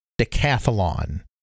decathlon